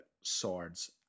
swords